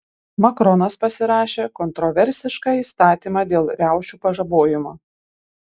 makronas pasirašė kontroversišką įstatymą dėl riaušių pažabojimo